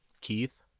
Keith